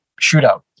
shootout